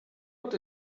what